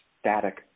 static